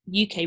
UK